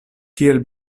kiel